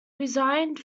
resigned